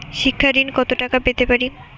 শিক্ষা ঋণ কত টাকা পেতে পারি?